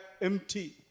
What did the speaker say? empty